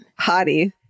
Hottie